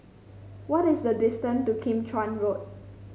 what is the distance to Kim Chuan Road